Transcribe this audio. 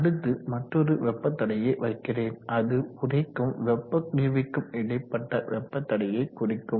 அடுத்து மற்றோரு வெப்ப தடையை வைக்கிறேன் அது உறைக்கும் வெப்ப குளிர்விக்கும் இடைப்பட்ட வெப்ப தடையை குறிக்கும்